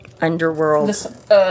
Underworld